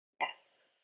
Yes